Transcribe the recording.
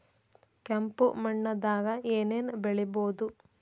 ಕೆಂಪು ಮಣ್ಣದಾಗ ಏನ್ ಏನ್ ಬೆಳಿಬೊದು?